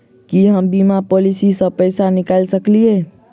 की हम बीमा पॉलिसी सऽ पैसा निकाल सकलिये?